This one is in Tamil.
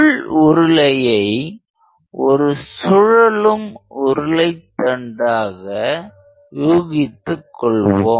உள் உருளையை ஒரு சுழலும் உருளை தண்டாக யூகித்துக் கொள்வோம்